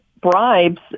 bribes